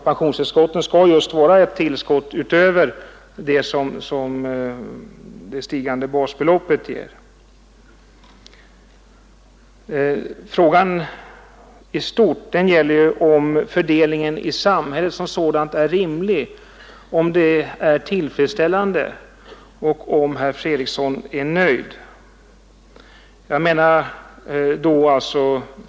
Pensionstillskotten skall ju vara ett tillskott utöver det stigande basbeloppet. Här gäller frågan i stort huruvida fördelningen i samhället är rimlig och tillfredsställande och om herr Fredriksson är nöjd i det fallet.